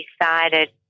decided